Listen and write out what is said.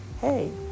Hey